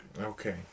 Okay